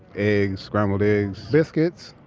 eggs, scrambled eggs, biscuits,